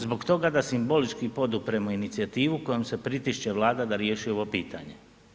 Zbog toga da simbolički podupremo inicijativu kojom se pritišće Vlada da riješi ovo pitanje.